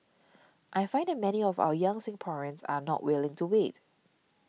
I find many of our young Singaporeans are not willing to wait